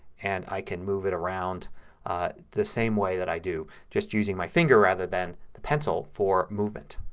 and i can move it around the same way that i do just using my finger rather than the pencil for movement.